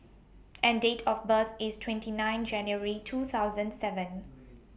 and Date of birth IS twenty nine January two thousand seven